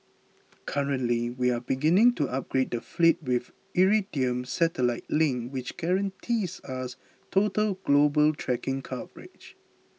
currently we are beginning to upgrade the fleet with the Iridium satellite link which guarantees us total global tracking coverage